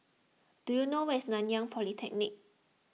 do you know where is Nanyang Polytechnic